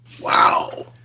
Wow